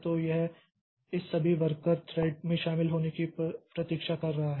तो यह इस सभी वर्कर थ्रेड में शामिल होने की प्रतीक्षा कर रहा है